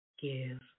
give